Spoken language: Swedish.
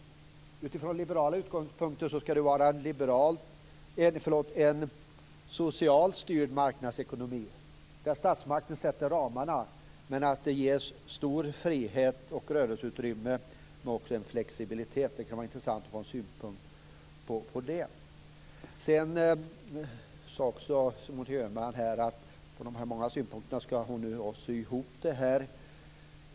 Utifrån liberala utgångspunkter skall det vara en socialt styrd marknadsekonomi där statsmakten sätter ramarna och där det ges stor frihet och stort rörelseutrymme - men också en flexibilitet. Det kan vara intressant att få en synpunkt på det. Sedan sade också Monica Öhman apropå de många synpunkterna att hon skall sy ihop det här.